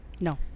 No